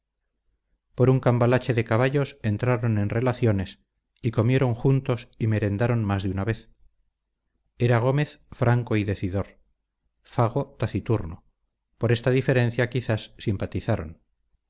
por un cambalache de caballos entraron en relaciones y comieron juntos y merendaron más de una vez era gómez franco y decidor fago taciturno por esta diferencia quizás simpatizaron